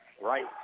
Right